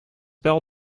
bell